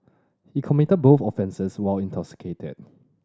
he committed both offences while intoxicated